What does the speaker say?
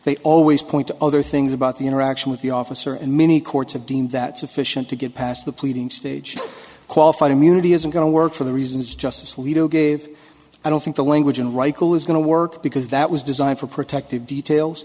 they always point to other things about the interaction with the officer and many courts have deemed that sufficient to get past the pleading stage qualified immunity isn't going to work for the reasons justice alito gave i don't think the language in reichl is going to work because that was designed for protective details